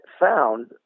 found